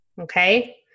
Okay